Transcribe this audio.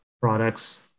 products